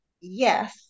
Yes